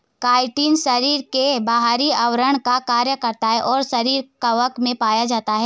chitin शरीर के बाहरी आवरण का कार्य करता है और कवक में पाया जाता है